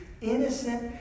innocent